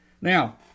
now